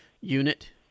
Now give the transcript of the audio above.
unit